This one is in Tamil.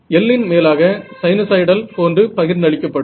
l இன் மேலாக சைனுஸாய்டல் போன்று பகிர்ந்தளிக்கப்படும்